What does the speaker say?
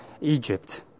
Egypt